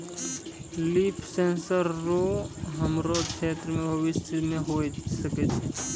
लिफ sensor रो हमरो क्षेत्र मे भविष्य मे होय सकै छै